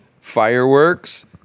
fireworks